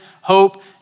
hope